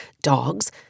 dogs